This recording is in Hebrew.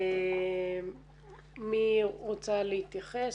מי רוצה להתייחס?